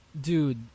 dude